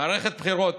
במערכת הבחירות